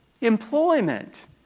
employment